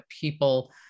people